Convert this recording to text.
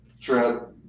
trip